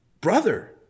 brother